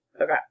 Okay